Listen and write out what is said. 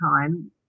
time